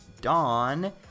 dawn